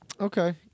Okay